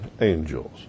angels